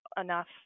enough